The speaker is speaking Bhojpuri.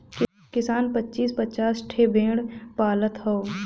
किसान पचीस पचास ठे भेड़ पालत हौ